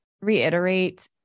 reiterate